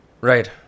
Right